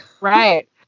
right